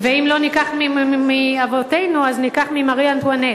ואם לא ניקח מאבותינו אז ניקח ממרי אנטואנט: